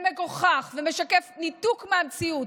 זה מגוחך ומשקף ניתוק מהמציאות.